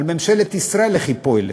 על ממשלת ישראל, איך היא פועלת.